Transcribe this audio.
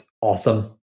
Awesome